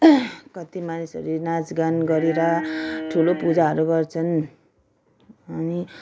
कति मानिसहरू नाचगान गरेर ठुलो पूजाहरू गर्छन् अनि